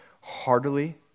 heartily